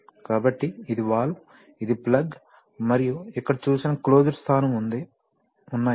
కాబట్టి ఇది వాల్వ్ ఇది ప్లగ్ మరియు ఇక్కడ చూపిన క్లోజ్డ్ స్థానం ఉన్నాయి